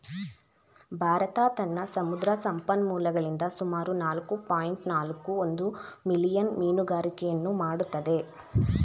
ಭಾರತ ತನ್ನ ಸಮುದ್ರ ಸಂಪನ್ಮೂಲಗಳಿಂದ ಸುಮಾರು ನಾಲ್ಕು ಪಾಯಿಂಟ್ ನಾಲ್ಕು ಒಂದು ಮಿಲಿಯನ್ ಮೀನುಗಾರಿಕೆಯನ್ನು ಮಾಡತ್ತದೆ